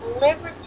liberty